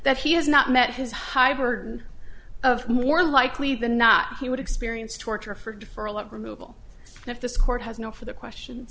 that he has not met his high burden of more likely than not he would experience torture for deferral of removal and if this court has no for the questions